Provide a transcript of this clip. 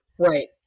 Right